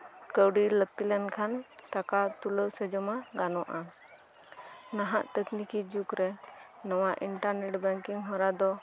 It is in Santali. ᱠᱟᱹᱣᱰᱤ ᱞᱟᱹᱠᱛᱤ ᱞᱮᱱᱠᱷᱟᱱ ᱴᱟᱠᱟ ᱛᱩᱞᱟᱹᱣ ᱥᱮ ᱡᱚᱢᱟ ᱜᱟᱱᱚᱜᱼᱟ ᱱᱟᱦᱟᱜ ᱴᱮᱠᱱᱤᱠᱮᱞ ᱡᱩᱜ ᱨᱮ ᱱᱚᱣᱟ ᱤᱱᱴᱟᱨᱱᱮᱴ ᱵᱮᱝᱠᱤᱝ ᱦᱚᱨᱟ ᱫᱚ